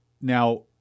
Now